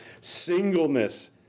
Singleness